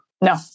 No